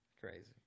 Crazy